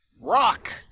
Rock